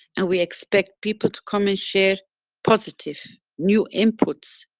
and we expect people to come and share positive, new inputs,